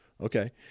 Okay